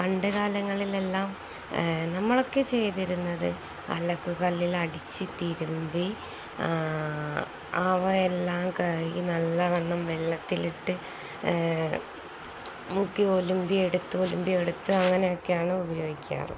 പണ്ടുകാലങ്ങളിലെല്ലാം നമ്മളൊക്കെ ചെയ്തിരുന്നത് അലക്കുകല്ലിലടിച്ചു തിരുമ്പി അവയെല്ലാം നല്ലവണ്ണം വെള്ളത്തിലിട്ടു മുക്കി ഒലുമ്പി എടുത്ത് ഒലുമ്പി എടുത്ത് അങ്ങനെയൊക്കെയാണ് ഉപയോഗിക്കാറ്